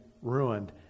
ruined